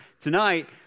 Tonight